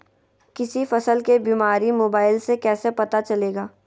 किसी फसल के बीमारी मोबाइल से कैसे पता चलेगा?